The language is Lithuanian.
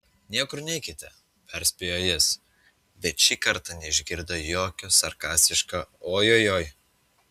niekur neikite perspėjo jis bet šį kartą neišgirdo jokio sarkastiško ojojoi